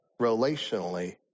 relationally